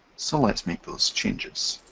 so let's make those changes.